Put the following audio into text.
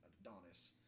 Adonis